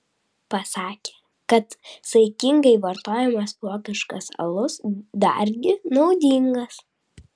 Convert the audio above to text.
pasakė kad saikingai vartojamas vokiškas alus dargi naudingas